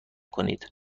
کنید